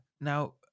Now